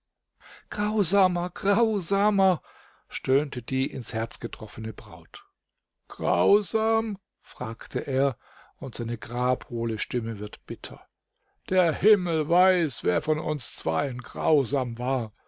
grausamer grausamer stöhnte die ins herz getroffene braut grausam fragte er und seine grabhohle stimme wird bitter der himmel weiß wer von uns zweien grausam war